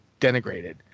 denigrated